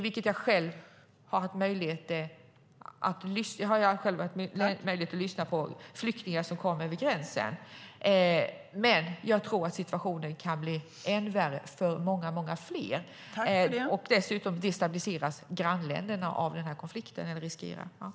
Jag har själv haft möjlighet att lyssna på flyktingar som kommer över gränsen, och jag tror att situationen kan bli ännu värre för många fler. Dessutom destabiliseras grannländerna av konflikten, eller riskerar att göra det.